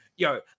Yo